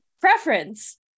preference